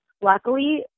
luckily